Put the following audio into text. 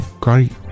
great